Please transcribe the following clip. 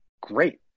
great